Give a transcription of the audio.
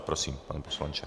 Prosím, pane poslanče.